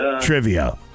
Trivia